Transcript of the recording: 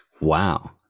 wow